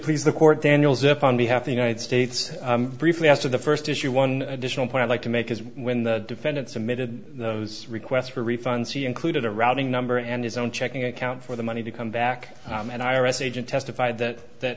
please the court daniels up on behalf the united states briefly as to the first issue one additional point i'd like to make is when the defendant submitted those requests for refunds he included a routing number and his own checking account for the money to come back and i r s agent testified that